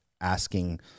asking